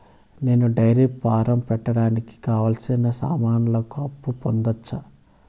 నేను dairy farm పెట్టడానికి కావాల్సిన సామాన్లకు అప్పు పొందొచ్చా?